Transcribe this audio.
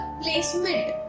placement